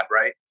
Right